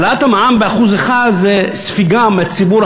העלאת המע"מ ב-1% זו ספיגה מציבור